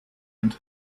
and